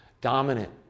dominant